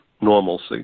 normalcy